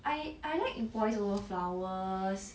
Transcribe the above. I I like boys over flowers